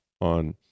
on